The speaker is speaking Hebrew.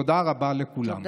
תודה רבה לכולם.